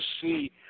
see